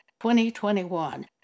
2021